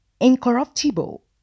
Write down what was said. incorruptible